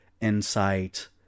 insight